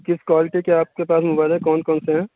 کس کوالٹی کے آپ کے پاس موبائل ہیں کون کون سے ہیں